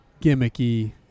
gimmicky